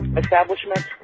establishment